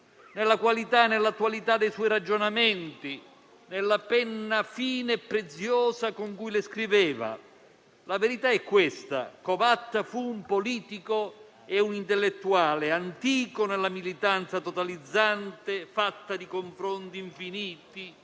nella qualità e nell'attualità dei suoi ragionamenti, nella penna fine e preziosa con cui li scriveva. La verità è questa: Covatta fu un politico e un intellettuale antico nella militanza totalizzante, fatta di confronti infiniti,